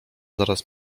zaraz